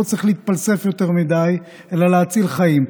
צריך להתפלסף יותר מדי אלא להציל חיים.